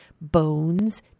bones